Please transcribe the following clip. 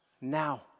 now